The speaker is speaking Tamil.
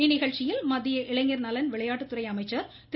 இந்நிகழ்ச்சியில் மத்திய இளைஞர் நலன் விளையாட்டுத்துறை அமைச்சர் திரு